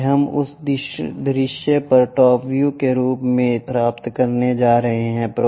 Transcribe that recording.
यह हम उस दृश्य पर टॉप व्यू के रूप में प्राप्त करने जा रहे हैं